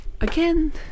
Again